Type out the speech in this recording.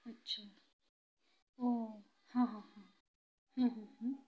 ଆଛା ହୁଁ ହଁ ହଁ ହଁ ହୁଁ ହୁଁ